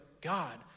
God